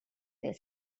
their